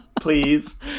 please